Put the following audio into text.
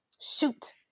shoot